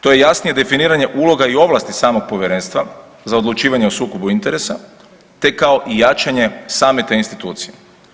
To je jasnije definiranje uloga i ovlasti samog Povjerenstva za odlučivanje o sukobu interesa te kao i jačanje same te institucije.